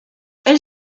elle